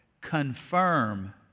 confirm